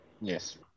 Yes